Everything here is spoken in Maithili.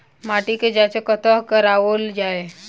माटिक जाँच कतह कराओल जाए?